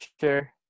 sure